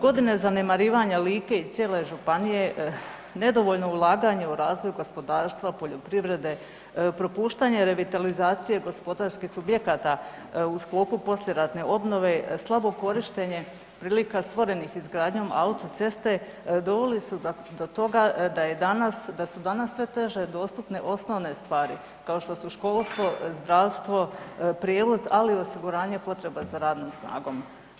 Godine zanemarivanja Like i cijele županije, nedovoljno ulaganje u razvoj gospodarstva, poljoprivrede, propuštanje revitalizacije gospodarskih subjekata u sklopu poslijeratne obnove, slabo korištenje prilika stvorenih izgradnjom autoceste doveli su do toga da je danas, da su danas sve teže dostupne osnovne stvari kao što su školstvo, zdravstvo, prijevoz, ali i osiguranje potreba za radnom snagom.